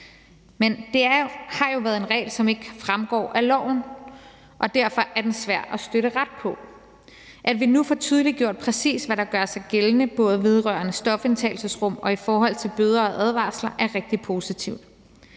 Men det har jo været en regel, som ikke fremgår af loven, og derfor er den svær at støtte ret på. At vi nu får tydeliggjort, præcis hvad der gør sig gældende, både vedrørende stofindtagelsesrum og i forhold til bøder og advarsler, er rigtig positivt.